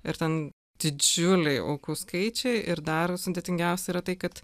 ir ten didžiuliai aukų skaičiai ir dar sudėtingiausia yra tai kad